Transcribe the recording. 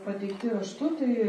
pateikti raštu tai